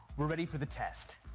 we're ready for the test.